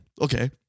Okay